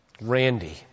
Randy